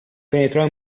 penetrò